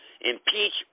Impeach